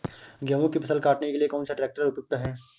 गेहूँ की फसल काटने के लिए कौन सा ट्रैक्टर उपयुक्त है?